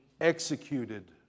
executed